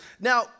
Now